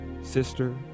sister